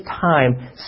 time